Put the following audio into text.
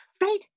Right